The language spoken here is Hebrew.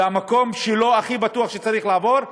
והמקום שלו הוא הכי בטוח ובו הוא צריך לעבור,